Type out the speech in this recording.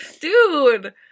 Dude